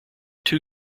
two